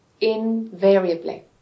Invariably